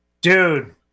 Dude